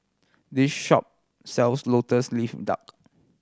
this shop sells Lotus Leaf Duck